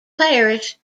parish